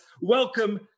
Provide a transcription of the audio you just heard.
Welcome